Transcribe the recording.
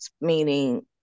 meaning